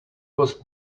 was